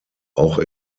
auch